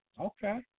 Okay